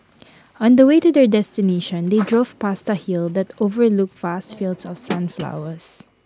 on the way to their destination they drove past A hill that overlooked vast fields of sunflowers